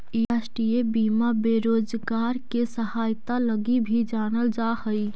इ राष्ट्रीय बीमा बेरोजगार के सहायता लगी भी जानल जा हई